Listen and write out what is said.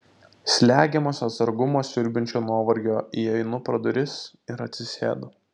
slegiamas atsargumą siurbiančio nuovargio įeinu pro duris ir atsisėdu